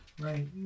Right